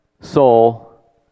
soul